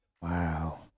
Wow